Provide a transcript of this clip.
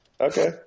Okay